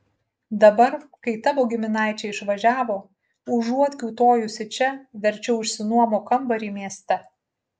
dabar kai tavo giminaičiai išvažiavo užuot kiūtojusi čia verčiau išsinuomok kambarį mieste